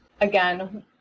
Again